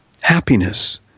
happiness